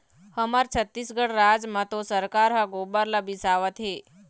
हमर छत्तीसगढ़ राज म तो सरकार ह गोबर ल बिसावत हे